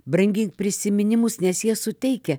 brangink prisiminimus nes jie suteikia